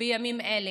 בימים אלה.